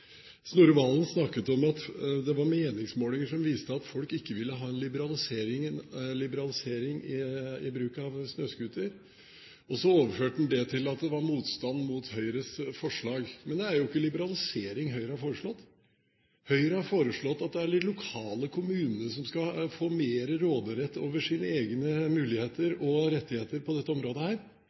Valen snakket om at det var meningsmålinger som viste at folk ikke ville ha en liberalisering i bruk av snøscooter, og så overførte han det til at det var motstand mot Høyres forslag. Men det er jo ikke liberalisering Høyre har foreslått. Høyre har foreslått at det er de lokale kommunene som skal få mer råderett over sine egne muligheter og rettigheter på dette området.